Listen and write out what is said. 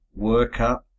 workup